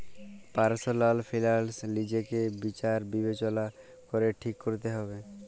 personal finance লিজকে বিচার বিবচলা ক্যরে ঠিক ক্যরতে হুব্যে